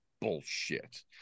bullshit